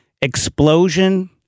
Explosion